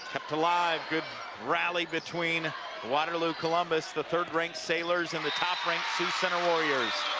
kept alive good rally between waterloo columbus, the third rank sailors and the top-ranked sioux center warriors